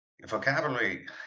Vocabulary